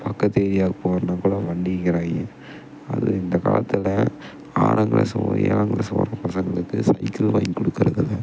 பக்கத்து ஏரியாக்கு போகணுனா கூட வண்டிங்கிறாங்க அதுவும் இந்த காலத்தில் ஆறாம் கிளாஸ் பையன் ஏழாங் கிளாஸ் போகிற பசங்களுக்கு சைக்கிள் வாங்கி கொடுக்குறதில்ல